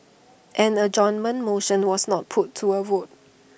an adjournment motion was not put to A vote